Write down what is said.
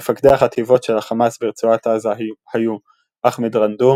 מפקדי החטיבות של החמאס ברצועת עזה היו אחמד רנדור